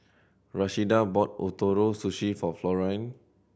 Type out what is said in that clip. Rashida bought Ootoro Sushi for Florine